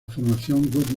formación